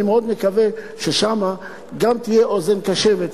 ואני מאוד מקווה ששם גם תהיה אוזן קשבת,